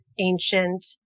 ancient